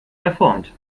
verformt